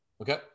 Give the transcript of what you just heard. Okay